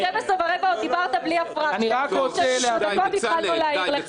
--- די, בצלאל.